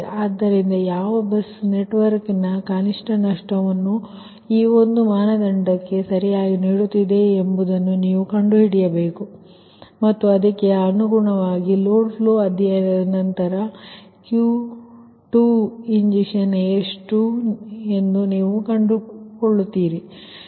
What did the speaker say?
ಆದ್ದರಿಂದ ಯಾವ ಬಸ್ ನೆಟ್ವರ್ಕ್ನ ಕನಿಷ್ಠ ನಷ್ಟವನ್ನು ಈ ಒಂದು ಮಾನದಂಡಕ್ಕೆ ಸರಿಯಾಗಿ ನೀಡುತ್ತಿದೆ ಎಂಬುದನ್ನು ನೀವು ಕಂಡುಹಿಡಿಯಬೇಕು ಮತ್ತು ಅದಕ್ಕೆ ಅನುಗುಣವಾಗಿ ಲೋಡ್ ಫ್ಲೋ ಅಧ್ಯಯನದ ನಂತರ Q2 ಇಂಜೆಕ್ಷನ್ ಎಷ್ಟು ಎಂದು ನೀವು ಕಂಡುಕೊಳ್ಳುತ್ತೀರಿ